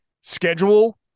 schedule